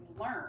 learn